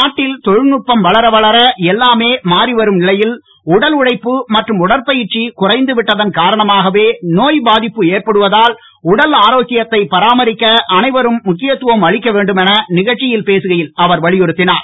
நாட்டில் தொழில் நுட்பம் வளர வளர எல்லாமே மாறி வரும் நிலையில் உடல் உழைப்பு மற்றும் உடற்பயிற்சி குறைந்து விட்டதன் காரணமாகவே நோய் பாதிப்பு ஏற்படுவதால் உடல் ஆரோக்கியத்தை பராமரிக்க அனைவரும் முக்கியத்துவம் அளிக்க வேண்டும் என நிகழ்ச்சியில் பேசுகையில் அவர் வலியுறுத்தினார்